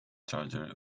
charger